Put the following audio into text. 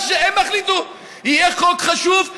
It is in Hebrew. מה שהם יחליטו, יהיה חוק חשוב.